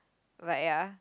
but ya